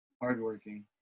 Hardworking